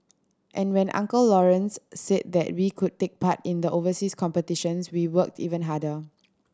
and when Uncle Lawrence said that we could take part in the overseas competitions we worked even harder